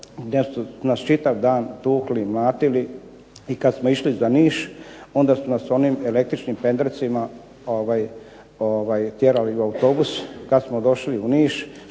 gdje su nas čitav dan tukli i mlatili. I kad smo išli za Niš onda su nas onim električnim pendrecima tjerali u autobus. Kad smo došli u Niš,